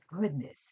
goodness